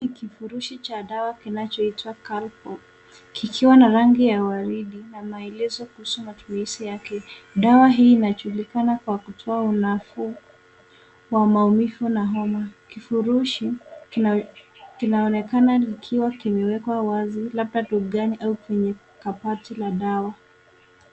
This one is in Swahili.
Kifurushi cha dawa kinachoitwa kalko kikiwa na rangi ya waridi na maelezo kuhusu matumizi yake, dawa hii inajulikana kwa kutoka unafuu wa maumivu na homa. Kifurushi kinaonekana likiwa kimewekwa wazi labda dukani au kwenye kabati la dawa.